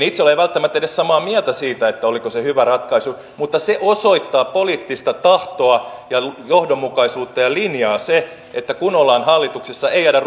itse ole välttämättä edes samaa mieltä siitä oliko se hyvä ratkaisu mutta se osoittaa poliittista tahtoa ja johdonmukaisuutta ja linjaa että kun ollaan hallituksessa ei jäädä